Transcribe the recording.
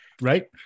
right